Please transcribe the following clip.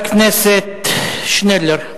חבר הכנסת עתניאל שנלר.